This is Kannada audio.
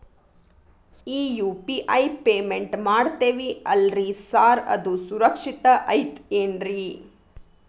ಈ ಯು.ಪಿ.ಐ ಪೇಮೆಂಟ್ ಮಾಡ್ತೇವಿ ಅಲ್ರಿ ಸಾರ್ ಅದು ಸುರಕ್ಷಿತ್ ಐತ್ ಏನ್ರಿ?